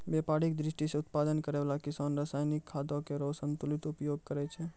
व्यापारिक दृष्टि सें उत्पादन करै वाला किसान रासायनिक खादो केरो संतुलित उपयोग करै छै